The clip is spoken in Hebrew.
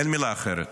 אין מילה אחרת.